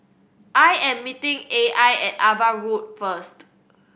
I am meeting A I at Ava Road first